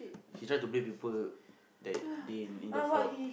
he try to blame people that they in in the fault